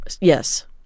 Yes